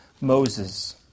Moses